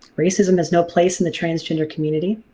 racism has no place in the transgender community.